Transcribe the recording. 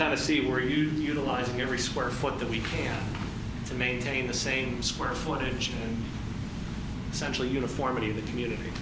kind of see where you are utilizing every square foot that we can to maintain the same square footage centrally uniformity of the community